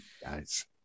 guys